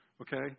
Okay